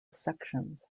sections